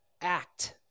act